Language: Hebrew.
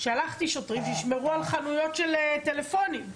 שלחתי שוטרים שישמרו על חנויות של טלפונים.